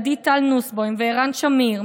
עדי טל-נוסבוים וערן שמיר,